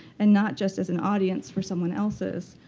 and not just as an audience for someone else's.